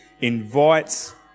invites